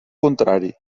contrari